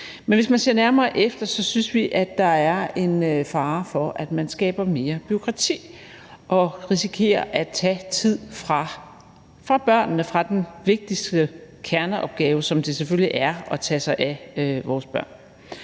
Men hvis man ser nærmere efter, synes vi, at der er en fare for, at der bliver skabt mere bureaukrati, og at vi risikerer at tage tid fra børnene og fra den vigtigste kerneopgave, som selvfølgelig er at tage sig af vores børn.